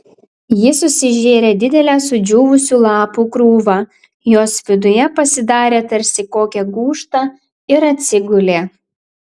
ji susižėrė didelę sudžiūvusių lapų krūvą jos viduje pasidarė tarsi kokią gūžtą ir atsigulė